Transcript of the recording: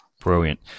Brilliant